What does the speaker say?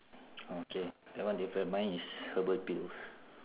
okay that one different mine is herbal pills